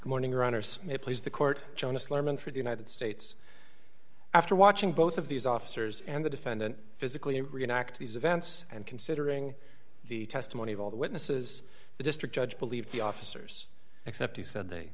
good morning your honor smith please the court jonas lerman for the united states after watching both of these officers and the defendant physically react to these events and considering the testimony of all the witnesses the district judge believe the officers except he said they